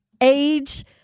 age